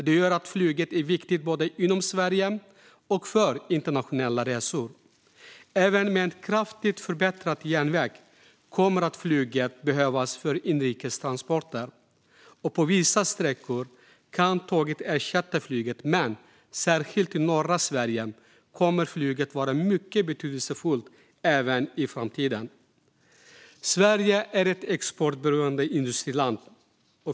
Det gör att flyget är viktigt både inom Sverige och för internationella resor. Även med en kraftigt förbättrad järnväg kommer flyget att behövas för inrikes transporter. På vissa sträckor kan tåget ersätta flyget, men särskilt för norra Sverige kommer flyget att vara mycket betydelsefullt även i framtiden. Sverige är ett exportberoende industriland.